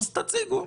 תציגו.